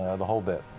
ah the whole bit.